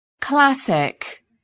Classic